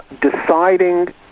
deciding